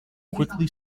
quickly